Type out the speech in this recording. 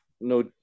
no